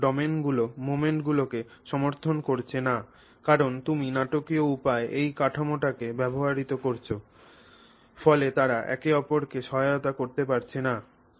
সুতরাং ডোমেনগুলি মোমেন্টগুলিকে সমর্থন করছে না কারণ তুমি নাটকীয় উপায়ে এই কাঠামোটিকে ব্যাহত করছ ফলে তারা একে অপরকে সহায়তা করতে পারছে না